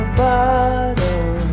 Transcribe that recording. bottom